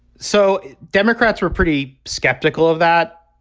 so democrats were pretty skeptical of that.